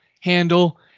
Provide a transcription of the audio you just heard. handle